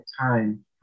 time